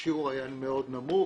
השיעור היה מאוד נמוך,